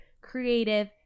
creative